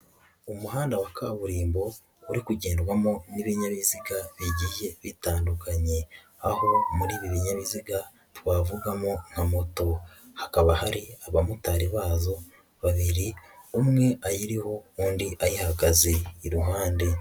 Umuhanda wa kaburimbo uri kugendwamo n'ibinyabiziga igihe bitandukanye, aho muri ibi binyabiziga twavugamo nka moto, hakaba hari abamotari bazo babiri, umwe ayiriho undi ayihagaze iruhande.